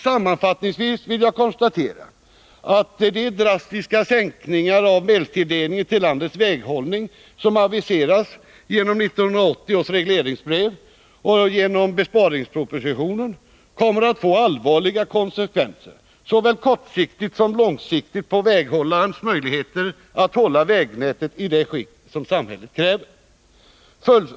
Sammanfattningsvis vill jag konstatera att de drastiska sänkningar av medelstilldelningen till landets väghållning som aviseras genom 1980 års regleringsbrev och genom besparingspropositionen kommer att få allvarliga konsekvenser, såväl kortsiktigt som långsiktigt, för väghållarens möjlighet att hålla vägnätet i det skick som samhället kräver.